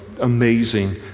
amazing